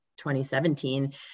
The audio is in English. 2017